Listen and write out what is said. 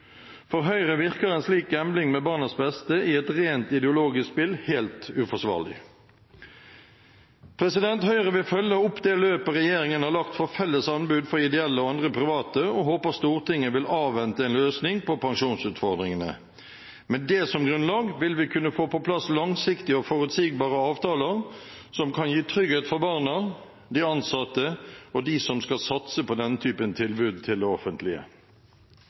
For Høyre virker en slik gambling med barnas beste i et rent ideologisk spill helt uforsvarlig. Høyre vil følge opp det løpet regjeringen har lagt for felles anbud for ideelle og andre private, og håper Stortinget vil avvente en løsning på pensjonsutfordringene. Med det som grunnlag vil vi kunne få på plass langsiktige og forutsigbare avtaler som kan gi trygghet for barna, de ansatte og de som skal satse på denne typen tilbud til det offentlige.